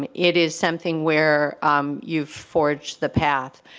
um it is something where you forged the path.